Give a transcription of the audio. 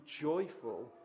joyful